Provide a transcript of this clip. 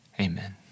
Amen